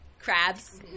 Crabs